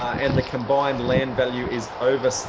and the combined land value is over, so